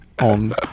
on